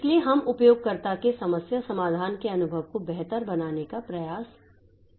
इसलिए हम उपयोगकर्ता के समस्या समाधान के अनुभव को बेहतर बनाने का प्रयास करेंगे